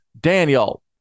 Daniel